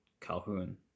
Calhoun